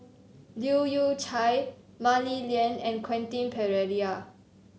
Leu Yew Chye Mah Li Lian and Quentin Pereira